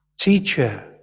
teacher